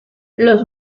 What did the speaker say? los